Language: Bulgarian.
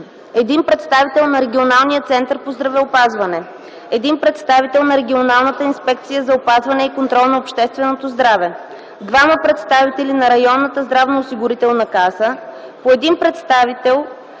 един представител на регионалния център по здравеопазване, един представител на регионалната инспекция за опазване и контрол на общественото здраве, двама представители на районната здравноосигурителна каса, по един представител